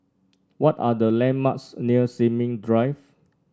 what are the landmarks near Sin Ming Drive